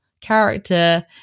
character